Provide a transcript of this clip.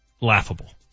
laughable